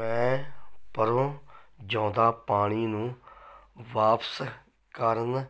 ਮੈ ਪਰੋ ਜੌਂ ਦਾ ਪਾਣੀ ਨੂੰ ਵਾਪਸ ਕਰਨ